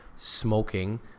Smoking